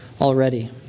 already